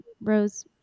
rose